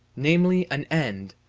namely, an end,